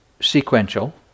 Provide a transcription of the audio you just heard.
sequential